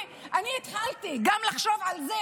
גם אני התחלתי לחשוב על זה.